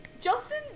Justin